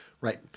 Right